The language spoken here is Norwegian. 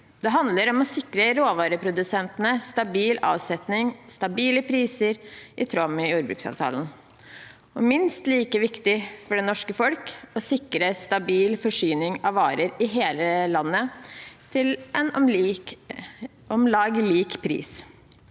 Det handler om å sikre råvareprodusentene stabil avsetning og stabile priser i tråd med jordbruksavtalen, og – minst like viktig for det norske folk – å sikre stabil forsyning av varer i hele landet, til en om lag lik pris.